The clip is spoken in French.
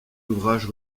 ouvrages